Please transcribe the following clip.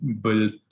built